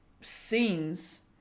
scenes